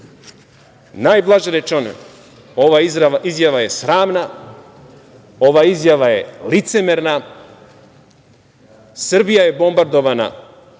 Najblaže rečeno, ova izjava je sramna, ova izjava je licemerna. Srbija je bombardovana,